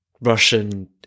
Russian